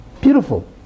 beautiful